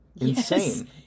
Insane